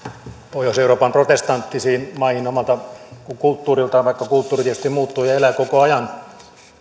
pohjois euroopan protestanttisiin maihin omalta kulttuuriltaan vaikka kulttuuri tietysti muuttuu ja elää koko ajan